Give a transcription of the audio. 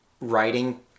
writing